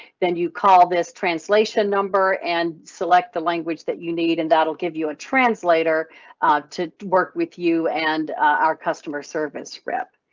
then you call this translation number and select the language that you need and that'll give you a translator to work with you and our customer service rep.